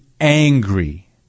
angry